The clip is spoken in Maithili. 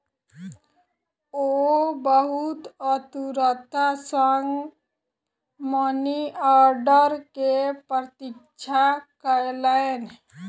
ओ बहुत आतुरता सॅ मनी आर्डर के प्रतीक्षा कयलैन